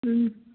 ಹ್ಞೂ